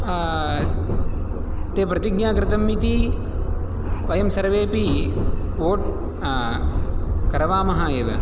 ते प्रतिज्ञा कृतम् इति वयं सर्वेपि ओट् करवामः एव